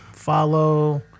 Follow